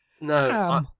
no